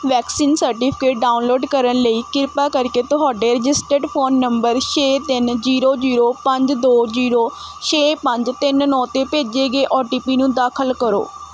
vaccine certificate download ਕਰਨ ਲਈ ਕਿਰਪਾ ਕਰਕੇ ਤੁਹਾਡੇ ਰਜਿਸਟਰਡ ਫ਼ੋਨ ਨੰਬਰ ਛੇ ਤਿੰਨ ਜੀਰੋ ਜੀਰੋ ਪੰਜ ਦੋ ਜੀਰੋ ਛੇ ਪੰਜ ਤਿੰਨ ਨੌ 'ਤੇ ਭੇਜੇ ਗਏ ਓ ਟੀ ਪੀ ਨੂੰ ਦਾਖਲ ਕਰੋ